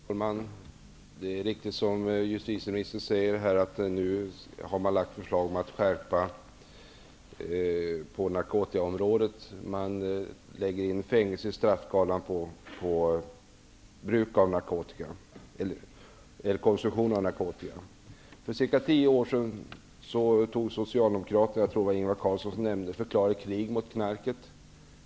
Herr talman! Det är riktigt som justitieministern säger att förslag har lagts fram om att skärpa lagstiftningen på narkotikaområdet. Fängelse läggs in i straffskalan för konsumtion av narkotika. För cirka tio år sedan förklarade Socialdemokraterna, via Ingvar Carlsson, krig mot knarket.